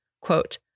quote